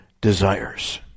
desires